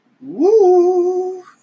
Woo